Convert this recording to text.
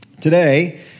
Today